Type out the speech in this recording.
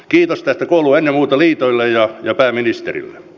kiitos tästä kuuluu ennen muuta liitoille ja pääministerille